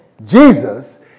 Jesus